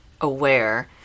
aware